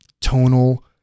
tonal